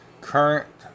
current